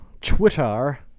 Twitter